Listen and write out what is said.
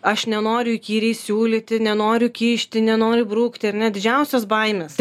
aš nenoriu įkyriai siūlyti nenoriu kišti nenoriu brukti ar ne didžiausios baimės